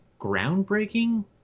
groundbreaking